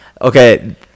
okay